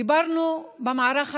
דיברנו במערך הראשון,